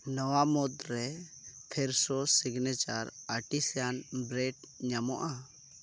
ᱱᱚᱣᱟ ᱢᱩᱫᱽᱨᱮ ᱯᱷᱮᱨᱥᱳ ᱥᱤᱜᱽᱱᱮᱪᱟᱨ ᱟᱨᱴᱤᱥᱤᱭᱟᱱ ᱵᱨᱮᱰ ᱧᱟᱢᱚᱜᱼᱟ